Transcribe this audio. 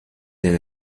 del